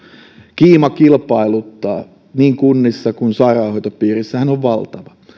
kiima kilpailuttaa niin kunnissa kuin sairaanhoitopiireissäkin on valtava